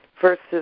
versus